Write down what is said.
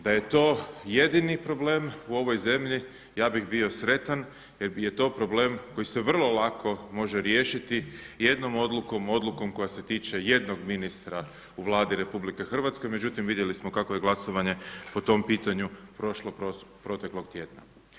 Da je to jedini problem u ovoj zemlji ja bih bio sretan jer je to problem koji se vrlo lako može riješiti jednom odlukom, odlukom koja se tiče jednog ministra u Vladi RH, međutim vidjeli smo kako je glasovanje po tom pitanju prošlo proteklog tjedna.